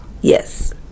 Yes